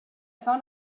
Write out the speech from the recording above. found